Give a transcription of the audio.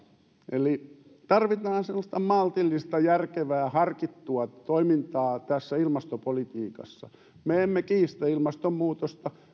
eli tarvitaan sellaista maltillista järkevää harkittua toimintaa tässä ilmastopolitiikassa me emme kiistä ilmastonmuutosta